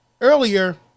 earlier